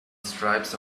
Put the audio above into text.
strips